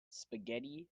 spaghetti